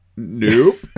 Nope